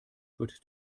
wird